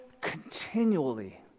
continually